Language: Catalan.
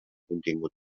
contingut